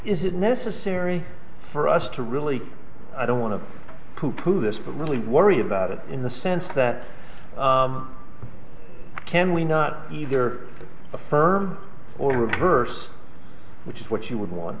is it necessary for us to really i don't want to kuku this but really worry about it in the sense that can we not either affirm or reverse which is what you would want